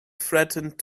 threatened